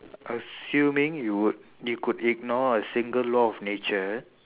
assuming you would you could ignore a single law of nature